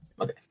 Okay